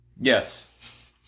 Yes